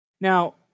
Now